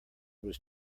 was